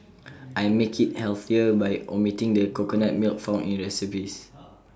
I make IT healthier by omitting the coconut milk found in recipes